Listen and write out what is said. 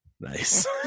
Nice